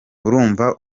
urumva